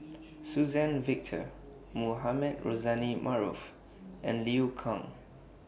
Suzann Victor Mohamed Rozani Maarof and Liu Kang